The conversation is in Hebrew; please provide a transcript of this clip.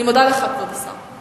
אני מודה לך, כבוד השר,